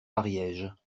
ariège